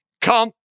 Come